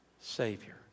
Savior